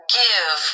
give